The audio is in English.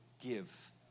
give